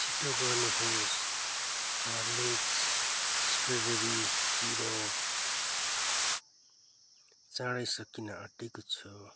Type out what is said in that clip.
छिटो गर्नुहोस् Horlicks strawberry syrup चाँडै सकिन आँटेको छ